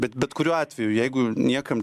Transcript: bet bet kuriuo atveju jeigu niekam